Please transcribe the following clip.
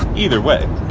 either way,